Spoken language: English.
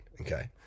okay